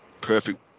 perfect